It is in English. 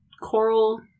coral